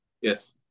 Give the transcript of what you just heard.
Yes